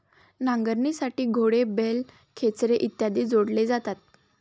नांगरणीसाठी घोडे, बैल, खेचरे इत्यादी जोडले जातात